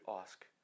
ask